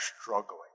struggling